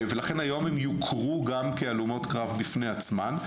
ולכן היום הן יוכרו גם כהלומות קרב בפני עצמן.